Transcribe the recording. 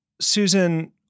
Susan